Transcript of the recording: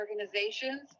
organizations